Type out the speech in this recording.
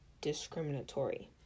discriminatory